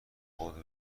خود